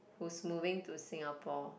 who's moving to Singapore